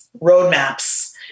roadmaps